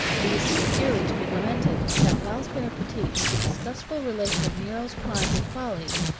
it is sincerely to be lamented, that whilst we are fatigued with the disgustful relation of nero's crimes and follies,